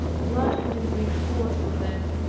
what would it bring forth for them?